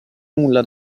nulla